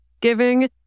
giving